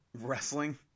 wrestling